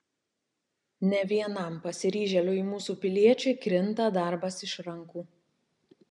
ne vienam pasiryžėliui mūsų piliečiui krinta darbas iš rankų